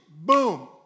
Boom